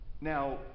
Now